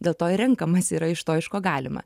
dėl to ir renkamasi yra iš to iš ko galima